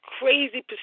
crazy